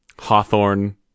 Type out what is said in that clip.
Hawthorne